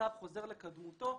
המצב חוזר לקדמותו.